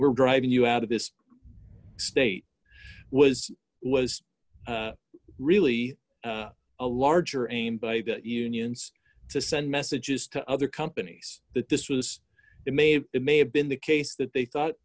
we're driving you out of this state was was really a larger aim by the unions to send messages to other companies that this was it may it may have been the case that they thought